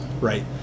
right